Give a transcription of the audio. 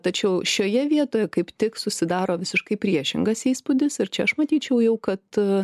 tačiau šioje vietoje kaip tik susidaro visiškai priešingas įspūdis ir čia aš matyčiau jau kad